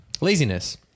Laziness